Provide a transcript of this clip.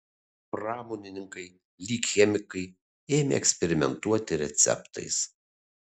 pramonininkai lyg chemikai ėmė eksperimentuoti receptais